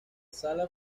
sala